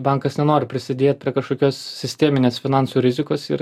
bankas nenori prisidėt prie kažkokios sisteminės finansų rizikos ir